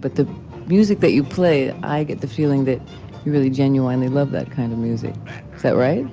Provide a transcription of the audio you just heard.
but the music that you play, i get the feeling that you really genuinely love that kind of music. is that right?